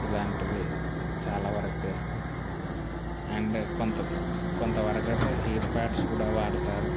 ఇలాంటివి చాలావరకు చేస్తాము అండ్ కొంత కొంత వరకైతే హీట్ ప్యాడ్స్ కూడా వాడతారు